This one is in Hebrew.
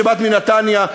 שבאת מנתניה,